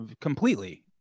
Completely